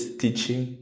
teaching